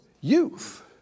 youth